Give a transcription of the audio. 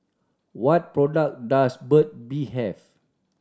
what product does Burt Bee have